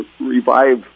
revive